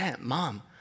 mom